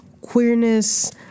queerness